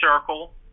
circle